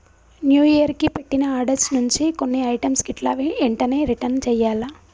new year కి పెట్టిన orders నుంచి కొన్ని ఐటమ్స్ గిట్లా ఎంటనే రిటర్న్ చెయ్యాల్ల